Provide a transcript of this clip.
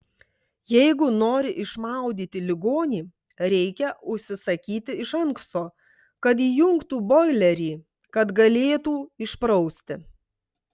jeigu nori išmaudyti ligonį reikia užsisakyti iš anksto kad įjungtų boilerį kad galėtų išprausti